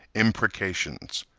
imprecations.